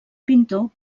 pintor